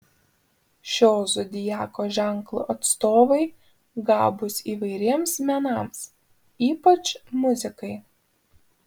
šio zodiako ženklo atstovai gabūs įvairiems menams ypač muzikai